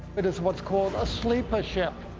it is what's called a sleeper ship.